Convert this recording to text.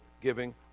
giving